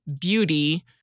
beauty